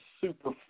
super